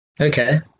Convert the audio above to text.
Okay